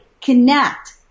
connect